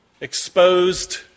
exposed